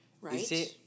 Right